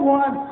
one